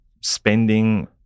spending